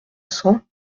cents